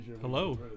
Hello